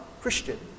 Christian